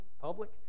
public